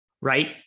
right